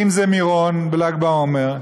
אם זה במירון בל"ג בעומר,